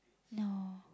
no